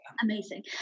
Amazing